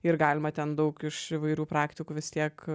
ir galima ten daug iš įvairių praktikų vis tiek